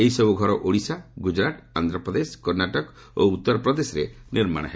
ଏହିସବୁ ଘର ଓଡ଼ିଶା ଗୁଜରାଟ ଆନ୍ଧ୍ରପ୍ରଦେଶ କର୍ଣ୍ଣାଟକ ଓ ଉତ୍ତରପ୍ରଦେଶରେ ନିର୍ମାଣ ହେବ